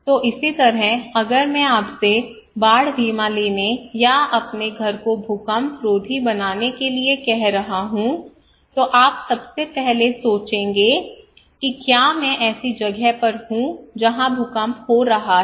तो इसी तरह अगर मैं आपसे बाढ़ बीमा लेने या अपने घर को भूकंप रोधी बनाने के लिए कह रहा हूँ तो आप सबसे पहले सोचेंगे कि क्या मैं ऐसी जगह पर हूँ जहाँ भूकंप हो रहा है